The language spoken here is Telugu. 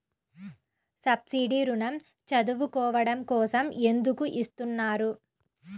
సబ్సీడీ ఋణం చదువుకోవడం కోసం ఎందుకు ఇస్తున్నారు?